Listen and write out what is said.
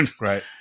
Right